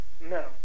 No